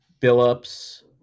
Phillips